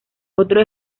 otro